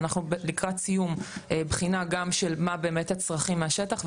ואנחנו לקראת סיום בחינה גם של מה באמת הצרכים מהשטח,